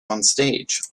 onstage